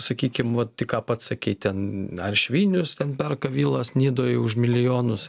sakykim vat tik ką pats sakei ten ar švinius ten perka vilas nidoj už milijonus